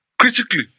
critically